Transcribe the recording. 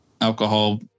alcohol